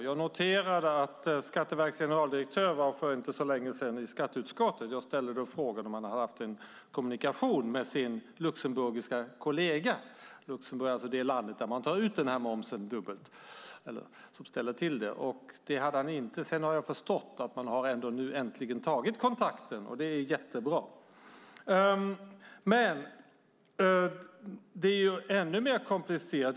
Jag noterar att Skatteverkets generaldirektör för inte så länge sedan var i skatteutskottet, och jag ställde då frågan om han hade haft någon kommunikation med sin luxemburgska kollega - Luxemburg är alltså det land där man tar ut momsen dubbelt och ställer till det. Det hade han inte. Jag har dock förstått att man nu äntligen har tagit kontakten, och det är jättebra. Men det är ännu mer komplicerat.